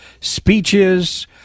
speeches